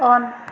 on